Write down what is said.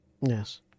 Yes